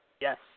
Yes